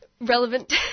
relevant